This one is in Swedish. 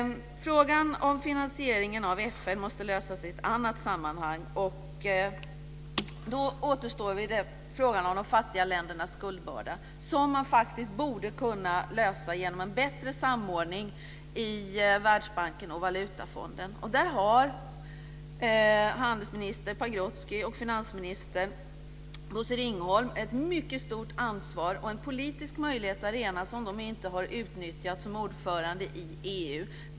Frågan om finansieringen av FN måste lösas i ett annat sammanhang. Då återstår frågan om de fattiga ländernas skuldbörda, som man faktiskt borde kunna lösa genom en bättre samordning i Världsbanken och Valutafonden. Där har handelsminister Pagrotsky och finansminister Ringholm ett mycket stort ansvar och en politiskt möjlig arena som de ännu inte har utnyttjat som ordförande i EU.